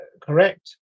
correct